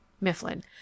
Mifflin